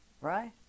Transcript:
Right